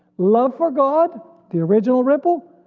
love for god the original ripple,